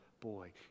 boy